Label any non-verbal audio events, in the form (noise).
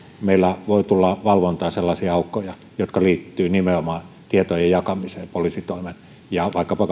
meillä voi tulla valvontaan sellaisia aukkoja jotka liittyvät nimenomaan tietojen jakamiseen poliisitoimen ja vaikkapa (unintelligible)